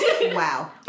wow